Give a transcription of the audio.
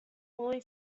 fully